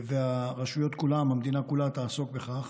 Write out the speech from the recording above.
והרשויות כולן, המדינה כולה תעסוק בכך